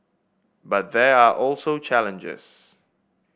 but there are also challenges